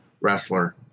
wrestler